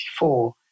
1984